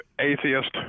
atheist